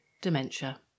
Dementia